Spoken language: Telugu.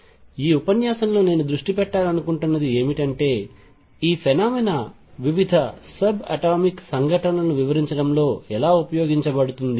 ఈ ఉపన్యాసంలో నేను దృష్టి పెట్టాలనుకుంటున్నది ఏమిటంటే ఈ ఫెనొమెనా వివిధ సబ్ అటామిక్ సంఘటనలను వివరించడంలో ఎలా ఉపయోగించబడుతుంది అని